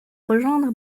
rejoindre